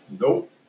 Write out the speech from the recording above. Nope